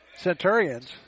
Centurions